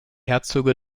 herzöge